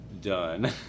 done